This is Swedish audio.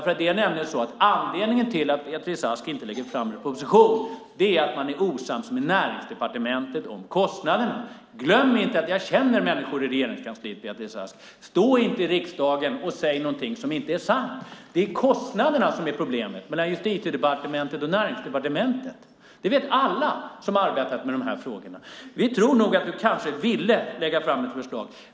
Anledningen till att Beatrice Ask inte lägger fram en proposition är att man är osams med Näringsdepartementet om kostnaderna. Glöm inte att jag känner människor i Regeringskansliet, Beatrice Ask! Stå inte i riksdagen och säg något som inte är sant! Det är kostnaderna som är problemet mellan Justitiedepartementet och Näringsdepartementet. Det vet alla som har arbetat med de här frågorna. Vi tror nog att du kanske ville lägga fram ett förslag.